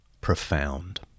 profound